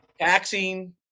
taxing